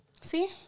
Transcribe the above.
See